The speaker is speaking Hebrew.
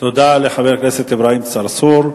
תודה לחבר הכנסת אברהים צרצור.